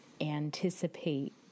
anticipate